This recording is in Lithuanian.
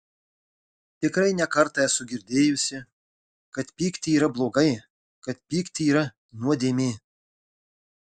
tikrai ne kartą esu girdėjusi kad pykti yra blogai kad pykti yra nuodėmė